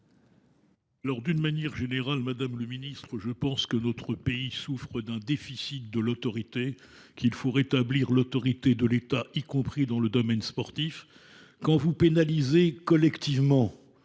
d’une manière générale, je pense que notre pays souffre d’un déficit d’autorité : il faut rétablir l’autorité de l’État, y compris dans le domaine sportif. Quand vous pénalisez collectivement